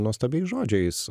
nuostabiais žodžiais